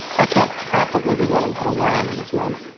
i can't possibly be running from a lion in this moment.